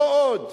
לא עוד.